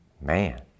Man